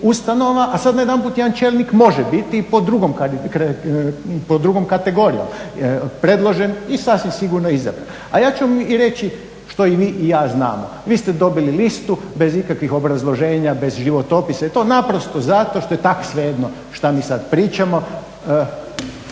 A sad najedanput jedan čelnik može biti po drugoj kategoriji predložen i sasvim sigurno izabran. A ja ću vam i reći što i vi i ja znamo, vi ste dobili listu bez ikakvih obrazloženja, bez životopisa i to naprosto zato što je tako svejedno što mi sad pričamo,